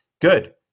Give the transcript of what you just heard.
good